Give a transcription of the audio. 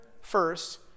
first